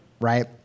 right